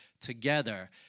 together